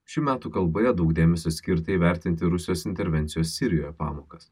šių metų kalboje daug dėmesio skirta įvertinti rusijos intervencijos sirijoje pamokas